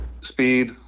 speed